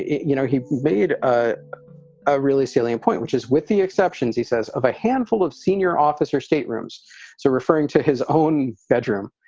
you know, he made ah a really salient point, which is with the exceptions, he says, of a handful of senior officers, state rooms so referring to his own bedroom,